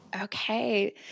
Okay